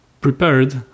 prepared